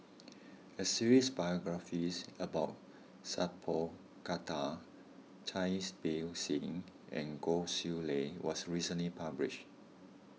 a series biographies about Sat Pal Khattar Cai Bixia and Goh Chiew Lye was recently published